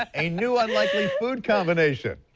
ah a new unlikely food combination.